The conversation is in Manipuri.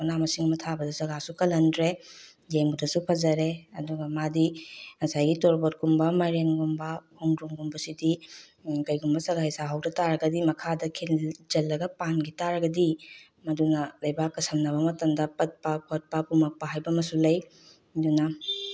ꯃꯅꯥ ꯃꯁꯤꯡ ꯑꯃ ꯊꯥꯕꯗ ꯖꯒꯥꯁꯨ ꯀꯜꯍꯟꯗ꯭ꯔꯦ ꯌꯦꯡꯕꯗꯁꯨ ꯐꯖꯔꯦ ꯑꯗꯨꯒ ꯃꯥꯗꯤ ꯉꯁꯥꯏꯒꯤ ꯇꯣꯔꯕꯣꯠꯀꯨꯝꯕ ꯃꯥꯏꯔꯦꯟꯒꯨꯝꯕ ꯈꯣꯡꯗ꯭ꯔꯨꯝꯒꯨꯝꯕ ꯁꯤꯗꯤ ꯀꯩꯒꯨꯝꯕ ꯁꯒꯥꯏ ꯁꯥꯍꯧꯗꯇꯥꯔꯒꯗꯤ ꯃꯈꯥꯗ ꯈꯤꯟ ꯖꯤꯜꯂꯒ ꯄꯥꯟꯈꯤꯇꯥꯔꯒꯗꯤ ꯃꯗꯨꯅ ꯂꯩꯕꯥꯛꯀ ꯁꯝꯅꯕ ꯃꯇꯝꯗ ꯄꯠꯄ ꯈꯣꯠꯄ ꯄꯨꯝꯃꯛꯄ ꯍꯥꯏꯕ ꯑꯃꯁꯨ ꯂꯩ ꯑꯗꯨꯅ